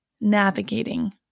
navigating